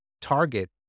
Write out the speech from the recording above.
Target